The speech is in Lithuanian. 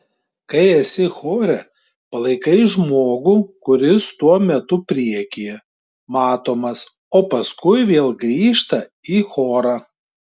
kai esi chore palaikai žmogų kuris tuo metu priekyje matomas o paskui vėl grįžta į chorą